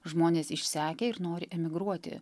žmonės išsekę ir nori emigruoti